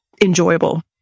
enjoyable